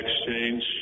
exchange